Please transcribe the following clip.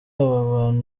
abana